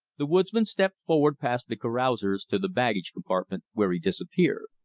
the woodsman stepped forward past the carousers to the baggage compartment, where he disappeared.